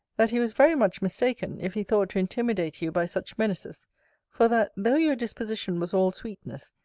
that he was very much mistaken, if he thought to intimidate you by such menaces for that, though your disposition was all sweetness,